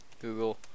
Google